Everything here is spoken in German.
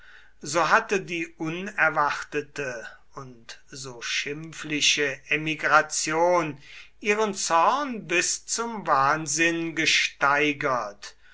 so hatte die unerwartete und so schimpfliche emigration ihren zorn bis zum wahnsinn gesteigert